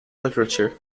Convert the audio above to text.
literature